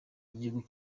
igihugu